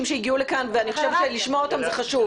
שהגיעו לכאן ואני חושבת שלשמוע אותם זה חשוב.